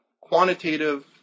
quantitative